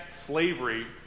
slavery